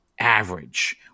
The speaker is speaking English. average